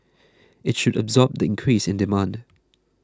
it should absorb the increase in demand